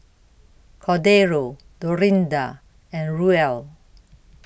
Cordero Dorinda and Ruel